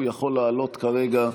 הוא יכול לעלות כרגע,